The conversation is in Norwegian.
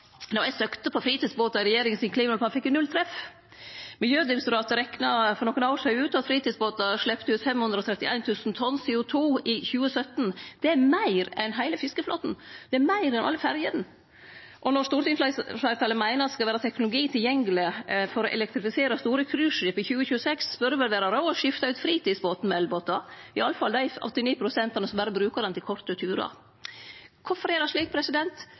eg søkte på «fritidsbåtar» i regjeringa sin klimaplan, fekk eg null treff. Miljødirektoratet rekna for nokre år sidan ut at fritidsbåtar sleppte ut 531 000 tonn CO 2 i 2017. Det er meir enn heile fiskeflåten, det er meir enn alle ferjene. Når stortingsfleirtalet meiner at det skal vere teknologi tilgjengeleg for å elektrifisere store cruiseskip i 2026, bør det vel vere råd å skifte ut fritidsbåtar til elbåtar, i alle fall dei 89 pst. som berre brukar båten til korte turar. Kvifor er det slik?